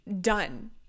done